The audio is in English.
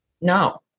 No